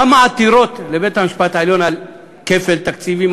כמה עתירות לבית-המשפט העליון על כפל תקציבים,